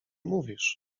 mówisz